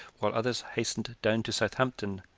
while others hastened down to southampton,